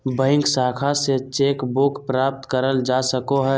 bank शाखा से cheque book प्राप्त करल जा सको हय